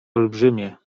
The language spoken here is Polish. olbrzymie